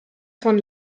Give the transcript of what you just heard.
von